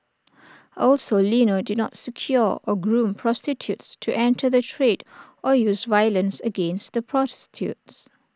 also Lino did not secure or groom prostitutes to enter the trade or use violence against the prostitutes